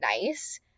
nice